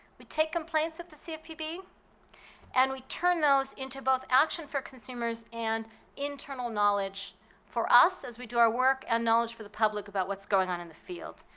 we take complaints at the cfpb. and we turn those into both action for consumers and internal knowledge for us as we draw our work and knowledge for the public about what's going on in the field.